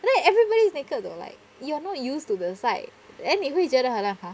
then everybody is naked though or like you're not used to the side then 你会觉得好像 !huh!